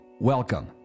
Welcome